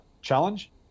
challenge